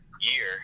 year